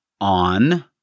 on